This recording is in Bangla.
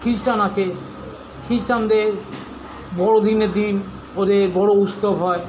খ্রিষ্টান আছে খ্রিষ্টানদের বড়োদিনের দিন ওদের বড়ো উৎসব হয়